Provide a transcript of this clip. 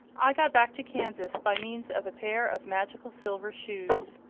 i got back to kansas by means of a pair of magical silver shoes.